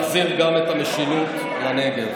באובדן משילות בנגב,